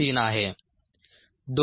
3 आहे 2